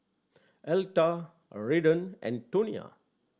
Elta Redden and Tonia